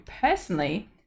personally